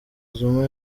zuma